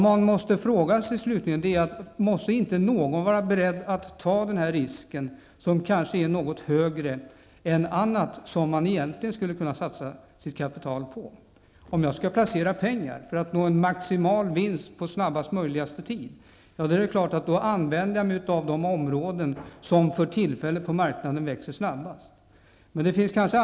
Man måste fråga sig om inte någon är tvungen att vara beredd att ta risken som kanske är något högre än när det gäller annat som man egentligen ville satsa sitt kapital på. Om jag skall placera pengar för att få en maximal vinst så snart som möjligt, är det klart att jag använder mig av de områden som på marknaden växer snabbast för tillfället.